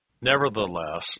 Nevertheless